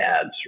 ads